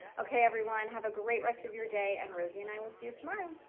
okay everyone, have a great rest of your day, and rosie and i will see you tomorrow!